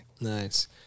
Nice